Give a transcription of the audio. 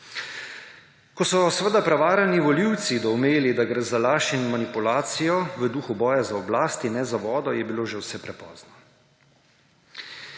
Ko so seveda prevarani volivci doumeli, da gre za laž in manipulacijo v duhu boja za oblast in ne za vodo, je bilo že vse prepozno.